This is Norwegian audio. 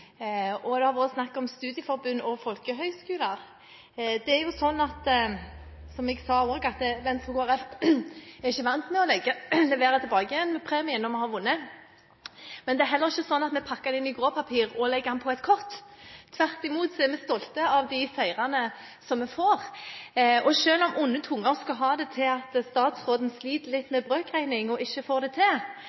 og det har vært snakk om studieforbund og folkehøgskoler. Som jeg også sa, er ikke vi i Venstre og Kristelig Folkeparti vant til å måtte levere tilbake premien etter at vi har vunnet, men vi pakker den heller ikke inn i gråpapir og legger den på et kott. Vi er tvert imot stolte av de seirene som vi får. Og selv om onde tunger skal ha det til at statsråden sliter litt med brøkregning og ikke får det til,